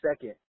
second